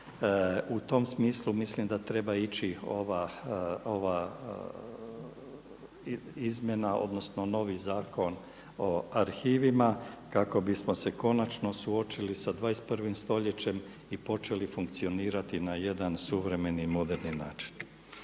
u tom smislu mislim da treba ići ova izmjena, odnosno novi Zakon o arhivima kako bismo se konačno suočili sa 21. stoljećem i počeli funkcionirati na jedan suvremeni, moderni način.